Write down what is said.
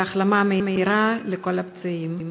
והחלמה מהירה לכל הפצועים.